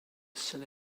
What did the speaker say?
silly